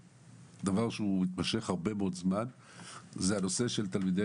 דבר שנמשך הרבה מאוד זמן זה הנושא של תלמידי